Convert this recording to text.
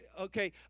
Okay